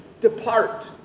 depart